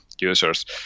users